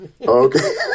Okay